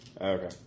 Okay